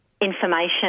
information